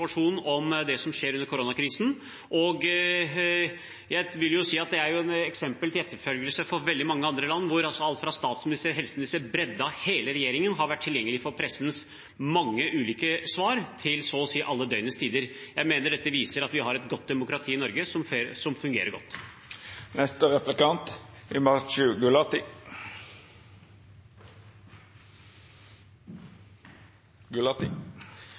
om det som skjer under koronakrisen – jeg vil si at det er et eksempel til etterfølgelse for veldig mange andre land – hvor alt fra statsminister til helseminister, hele bredden i regjeringen, har vært tilgjengelig for pressens mange ulike spørsmål til så å si alle døgnets tider. Jeg mener dette viser at vi har et godt demokrati i Norge, at det fungerer godt.